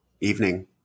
evening